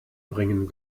bringen